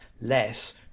less